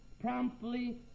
promptly